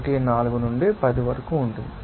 314 నుండి 10 వరకు ఉంటుంది